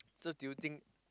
so do you think